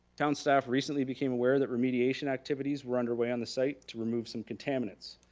town staff recently became aware that remediation activities were underway on the site to remove some contaminates.